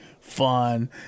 fun